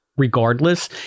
Regardless